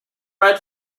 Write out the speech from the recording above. red